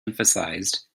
emphasized